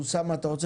אני באתי